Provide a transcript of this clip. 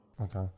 Okay